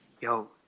yo